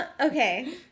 Okay